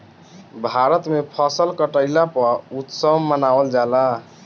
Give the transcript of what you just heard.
भारत में फसल कटईला पअ उत्सव मनावल जाला